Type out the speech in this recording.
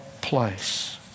place